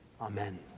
Amen